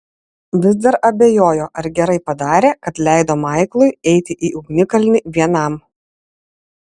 vis dar abejojo ar gerai padarė kad leido maiklui eiti į ugnikalnį vienam